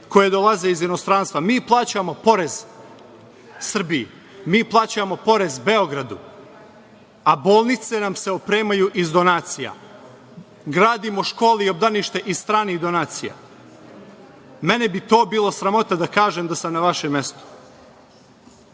koje dolaze iz inostranstva? Mi plaćamo porez Srbiji, mi plaćamo porez Beogradu, a bolnice nam se opremaju iz donacija. Gradimo škole i obdaništa iz stranih donacija. Mene bi to bilo sramota da kažem da sam na vašem mestu.